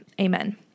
Amen